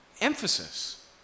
Emphasis